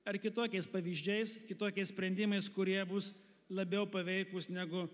ar kitokiais pavyzdžiais kitokiais sprendimais kurie bus labiau paveikūs negu